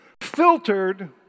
filtered